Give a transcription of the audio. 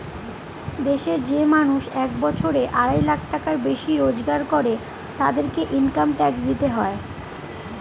দেশের যে মানুষ এক বছরে আড়াই লাখ টাকার বেশি রোজগার করে, তাদেরকে ইনকাম ট্যাক্স দিতে হয়